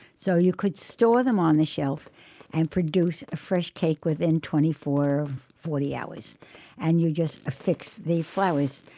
so you could store them on the shelf and produce a fresh cake within twenty four or forty eight hours and you just affix the flowers.